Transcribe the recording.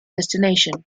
destination